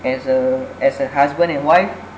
as a as a husband and wife